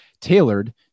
tailored